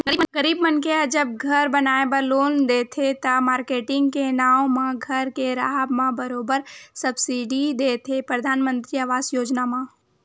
गरीब मनखे ह जब घर बनाए बर लोन देथे त, मारकेटिंग के नांव म घर के राहब म बरोबर सब्सिडी देथे परधानमंतरी आवास योजना म